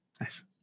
Nice